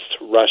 Russia